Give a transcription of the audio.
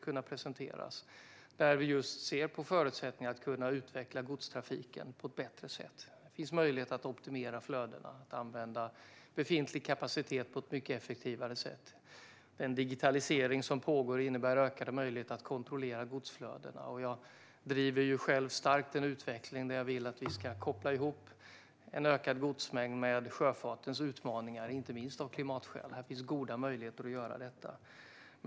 Vi tittar just på förutsättningarna att utveckla godstrafiken på ett bättre sätt. Det finns möjlighet att optimera flödena och att använda befintlig kapacitet på ett mycket mer effektivt sätt. Den digitalisering som pågår innebär ökade möjligheter att kontrollera godsflödena. Och jag driver själv starkt att jag vill se en utveckling där vi ska koppla ihop en ökad godsmängd med sjöfartens utmaningar, inte minst av klimatskäl. Det finns goda möjligheter att göra det.